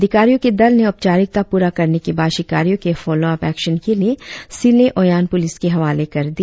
अधिकारियों के दल ने औपचारिकता पूरा करने के बाद शिकारियों के फॉलोअप एक्शन के लिए सिल्ले ओयान पुलिस के हवाले कर दिया